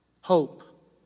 Hope